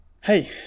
Hey